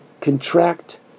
contract